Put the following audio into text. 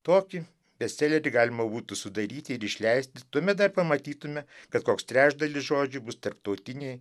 tokį bestselerį galima būtų sudaryti ir išleisti tuomet dar pamatytume kad koks trečdalis žodžių bus tarptautiniai